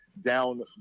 down